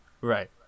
Right